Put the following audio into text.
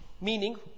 meaning